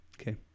Okay